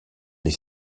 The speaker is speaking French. les